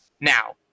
Now